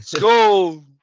Go